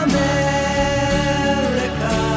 America